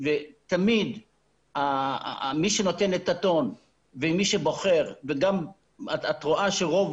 ותמיד מי שנותן את הטון ומי שבוחר וגם את רואה שרוב